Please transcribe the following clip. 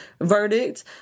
verdict